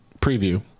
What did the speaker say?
preview